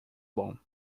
bom